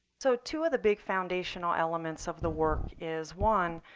so two of the big foundational elements of the work is, one,